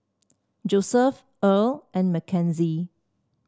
Joeseph Earl and Mckenzie